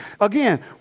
Again